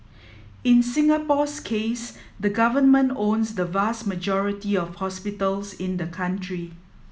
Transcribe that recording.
in Singapore's case the Government owns the vast majority of hospitals in the country